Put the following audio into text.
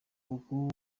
uku